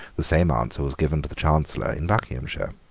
the same answer was given to the chancellor in buckinghamshire.